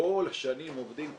כל השנים עובדים,